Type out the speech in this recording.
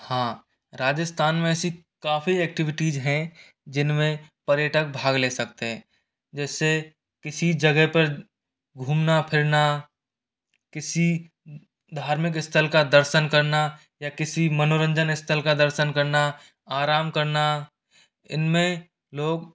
हाँ राजस्थान में ऐसी काफ़ी एक्टिविटीज़ हैं जिनमें पर्यटक भाग ले सकते हैं जैसे किसी जगह पर घूमना फिरना किसी धार्मिक स्थल का दर्शन करना या किसी मनोरंजन स्थल का दर्शन करना आराम करना इनमें लोग